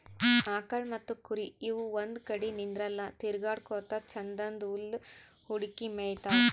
ಆಕಳ್ ಮತ್ತ್ ಕುರಿ ಇವ್ ಒಂದ್ ಕಡಿ ನಿಂದ್ರಲ್ಲಾ ತಿರ್ಗಾಡಕೋತ್ ಛಂದನ್ದ್ ಹುಲ್ಲ್ ಹುಡುಕಿ ಮೇಯ್ತಾವ್